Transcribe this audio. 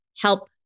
Help